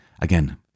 again